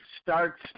starts